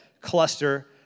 cluster